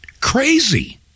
Crazy